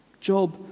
Job